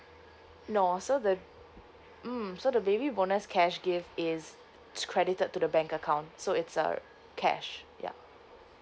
no so the mm so the baby bonus cash gift is it's credited to the bank account so it's a cash yup